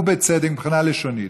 ובצדק מבחינה לשונית,